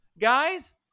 guys